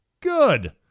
Good